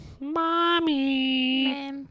mommy